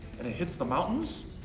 and it hits the mountains,